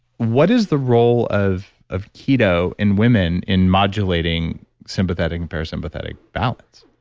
what is the role of of keto in women in modulating sympathetic and parasympathetic balance?